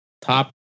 top